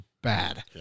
Bad